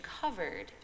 covered